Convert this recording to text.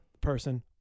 person